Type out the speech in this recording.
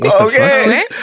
okay